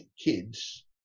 kids